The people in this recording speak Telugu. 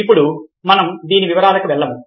ఇప్పుడు మనం దీని వివరాలకు వెళ్ళము